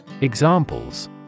Examples